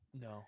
No